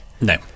No